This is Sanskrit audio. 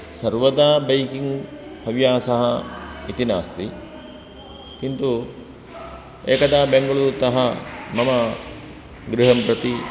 सर्वदा बैकिङ्ग् हव्यासः इति नास्ति किन्तु एकदा बेंगलूरुतः मम गृहं प्रति